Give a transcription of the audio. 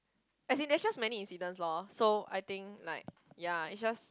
as in there are just many incidents lor so I think like ya it just